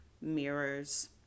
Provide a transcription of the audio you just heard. mirrors